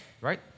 right